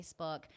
Facebook